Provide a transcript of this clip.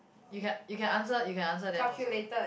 you can you can answer you can answer them also